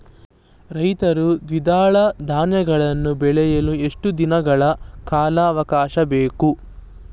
ರೈತರು ದ್ವಿದಳ ಧಾನ್ಯಗಳನ್ನು ಬೆಳೆಯಲು ಎಷ್ಟು ದಿನಗಳ ಕಾಲಾವಾಕಾಶ ಬೇಕು?